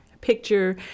picture